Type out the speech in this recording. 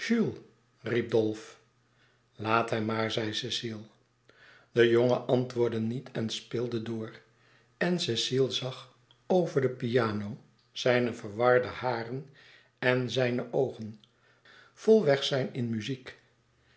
dolf laat hem maar zei cecile louis couperus extaze een boek van geluk de jongen antwoordde niet en speelde door en cecile zag over de piano zijne verwarde haren en zijne oogen vol wegzijn in muziek